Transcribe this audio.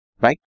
Right